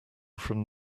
from